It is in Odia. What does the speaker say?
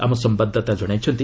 ଆମ ସମ୍ଭାଦଦାତା ଜଣାଇଛନ୍ତି